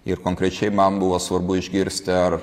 ir konkrečiai man buvo svarbu išgirsti ar